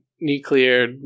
nuclear